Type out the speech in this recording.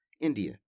India